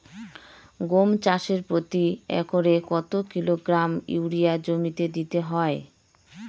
গম চাষে প্রতি একরে কত কিলোগ্রাম ইউরিয়া জমিতে দিতে হয়?